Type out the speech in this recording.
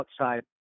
outside